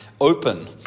open